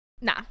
Nah